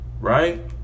Right